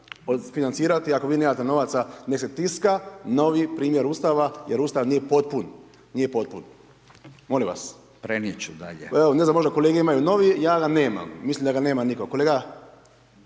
odfinancirati ako vi nemate novaca, nek se tiska novi primjer Ustava jer Ustav nije potpun, nije potpun, molim vas. …/Upadica: Prenijet ću dalje./… Evo ne znam možda kolege imaju novi, ja ga nemam, mislim da ga nema nitko, kolega